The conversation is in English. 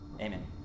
Amen